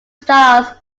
stars